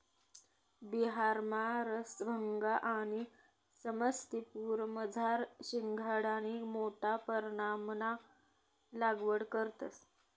बिहारमा रसभंगा आणि समस्तीपुरमझार शिंघाडानी मोठा परमाणमा लागवड करतंस